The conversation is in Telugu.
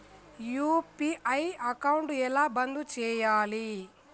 యూ.పీ.ఐ అకౌంట్ ఎలా బంద్ చేయాలి?